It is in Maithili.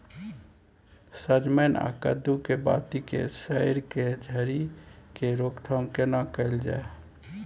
सजमैन आ कद्दू के बाती के सईर के झरि के रोकथाम केना कैल जाय?